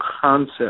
concept